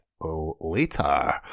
later